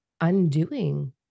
undoing